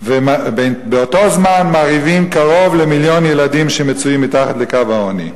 ובאותו זמן מרעיבים קרוב למיליון ילדים שמצויים מתחת לקו העוני.